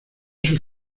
sus